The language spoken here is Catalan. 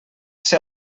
ser